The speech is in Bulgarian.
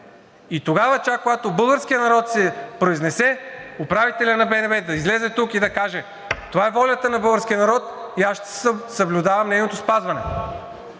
или не. И когато българският народ се произнесе, управителят на БНБ да излезе тук и да каже: това е волята на българския народ и аз ще съблюдавам нейното спазване.